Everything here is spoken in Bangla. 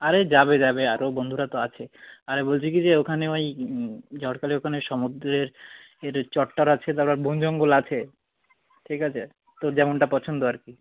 আরে যাবে যাবে আরও বন্ধুরা তো আছে আর বলছি কী যে ওখানে ওই ঝড়খালির ওখানে সমুদ্রে একটু চর টর আছে তারপর বন জঙ্গল আছে ঠিক আছে তোর যেমনটা পছন্দ আর কি